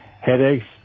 headaches